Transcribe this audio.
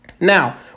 Now